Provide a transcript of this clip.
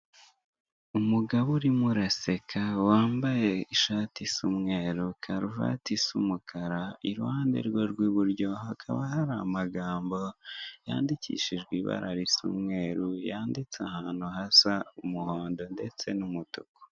Umugabo urimo uraseka wambaye ishati isa umweru, karuvate isa umukara iruhande rwe rw'iburyo hakaba hari amagambo yandikishijwe ibara risa umweru, yanditse ahantu hasa umuhondo ndetse n'umutuku.